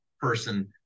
person